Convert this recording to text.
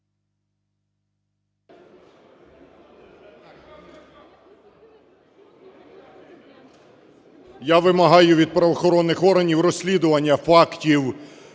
Я вимагаю від правоохоронних органів розслідування фактів